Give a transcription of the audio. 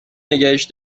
نگهش